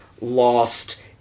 lost